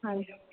ਹਾਂਜੀ